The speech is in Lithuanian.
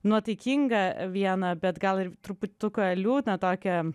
nuotaikingą vieną bet gal ir truputuką liūdną tokią